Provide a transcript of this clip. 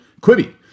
Quibby